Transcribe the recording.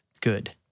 good